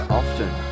often